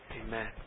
Amen